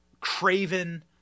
craven